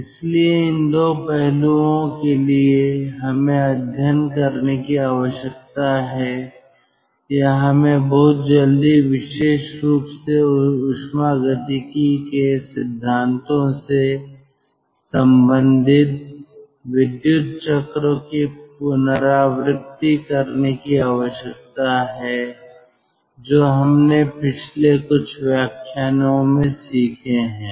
इसलिए इन दो पहलुओं के लिए हमें अध्ययन करने की आवश्यकता है या हमें बहुत जल्दी विशेष रूप से ऊष्मागतिकी के सिद्धांतों से संबंधित विद्युत चक्रों की पुनरावृत्ति करने की आवश्यकता है जो हमने पिछले कुछ व्याख्यानों में सीखे हैं